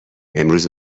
امروز